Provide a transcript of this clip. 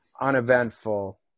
uneventful